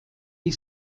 die